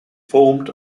formed